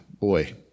boy